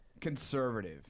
conservative